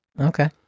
Okay